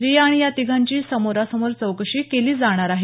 रिया आणि या तिघांची समोरासमोर चौकशी केली जाणार आहे